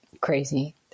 crazy